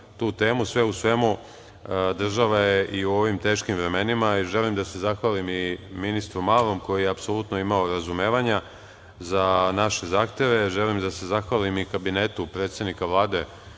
tu temu. Sve u svemu država je u ovim teškim vremenima, i želim da se zahvalim i ministru Malom koji je apsolutno imao razumevanja za naše zahteve, želim da se zahvalim i Kabinetu predsednika Vlada,